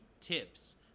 tips